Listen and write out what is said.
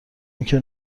اینکه